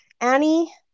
Annie